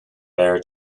air